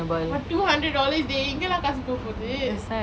for two hundred dollars dey எங்கேலாம் காசு போக போது:engelam kaasu poga pothu